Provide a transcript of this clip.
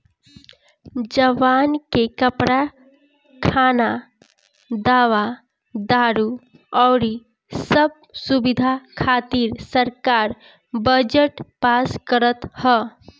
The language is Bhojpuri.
जवान के कपड़ा, खाना, दवा दारु अउरी सब सुबिधा खातिर सरकार बजट पास करत ह